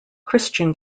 christian